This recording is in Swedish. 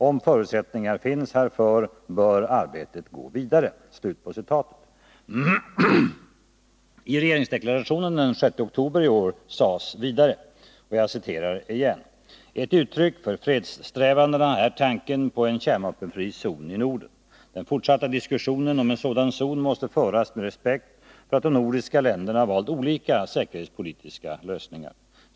Om förutsättningar finns härför bör arbetet gå vidare.” ”Ett uttryck för fredssträvandena är tanken på en kärnvapenfri zon i Norden. Den fortsatta diskussionen om en sådan zon måste föras med respekt för att de nordiska länderna valt olika säkerhetspolitiska lösningar.